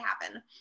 happen